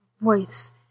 Voice